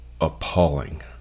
appalling